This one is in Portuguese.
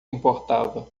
importava